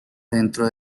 dentro